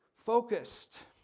focused